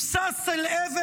הוא שש אל עבר